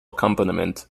accompaniment